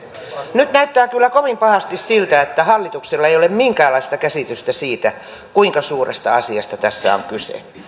nyt näyttää kyllä kovin pahasti siltä että hallituksella ei ole minkäänlaista käsitystä siitä kuinka suuresta asiasta tässä on kyse